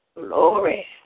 Glory